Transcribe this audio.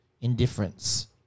indifference